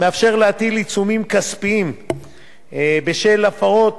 מאפשר להטיל עיצומים כספיים בשל הפרות